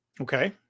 Okay